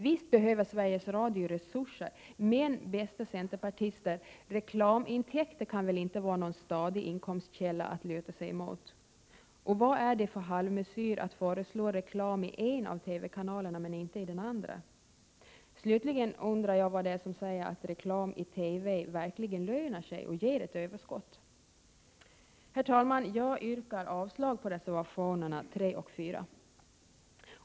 Visst behöver Sveriges Radio resurser, men, bästa centerpartister, reklamintäkter kan väl inte vara någon stadig inkomstkälla att luta sig emot. Och vad är det för halvmesyr att föreslå reklam i en av TV-kanalerna men inte i den andra? Slutligen undrar jag vad det är som säger att reklam i TV verkligen lönar sig och ger ett överskott? Herr talman! Jag yrkar avslag på reservationerna 3 och 4.